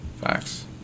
facts